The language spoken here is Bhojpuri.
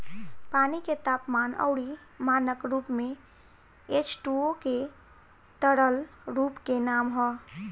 पानी के तापमान अउरी मानक रूप में एचटूओ के तरल रूप के नाम ह